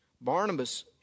Barnabas